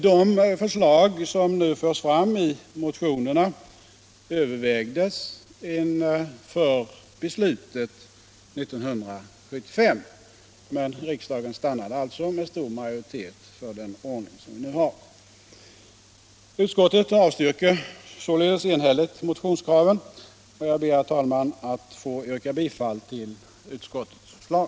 De förslag som nu förs fram i motionerna övervägdes även inför beslutet 1975, men riksdagen stannade med stor majoritet för den ordning som vi nu har. Utskottet avstyrker därför enhälligt motionskraven. Jag ber, herr talman, att få yrka bifall till utskottets förslag.